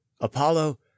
apollo